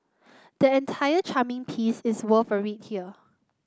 the entire charming piece is worth a read here